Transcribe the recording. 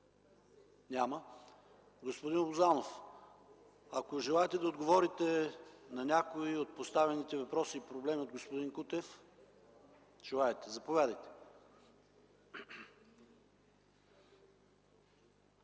Няма. Господин Лозанов, желаете ли да отговорите на някои от поставените въпроси от господин Кутев? Желаете, заповядайте.